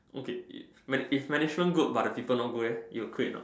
okay if very if Management good but the people no good eh you will quit or not